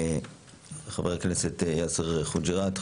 חבר הכנסת יאסר חוג'יראת,